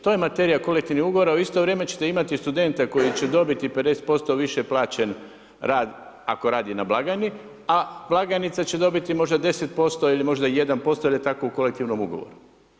To je materija kolektivnih ugovora a u isto vrijeme ćete imati studenta koji će dobiti 50% više plaćen rad ako radi na blagajni a blagajnica će dobiti možda 10% ili možda 1% jer je tako u kolektivnom ugovoru.